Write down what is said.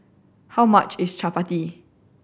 how much is Chapati